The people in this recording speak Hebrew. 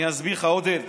אני אסביר לך, עודד.